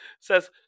says